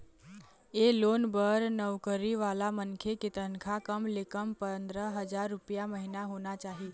ए loan बर नउकरी वाला मनखे के तनखा कम ले कम पंदरा हजार रूपिया महिना होना चाही